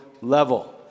level